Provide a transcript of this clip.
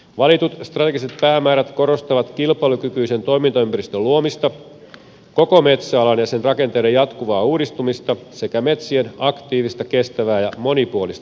valitut strategiset päämäärät korostavat kilpailukykyisen toimintaympäristön luomista koko metsäalan ja sen rakenteiden jatkuvaa uudistumista sekä metsien aktiivista kestävää ja monipuolista hyödyntämistä